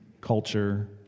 culture